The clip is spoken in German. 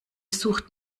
sucht